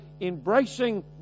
embracing